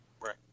Right